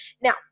Now